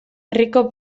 herriko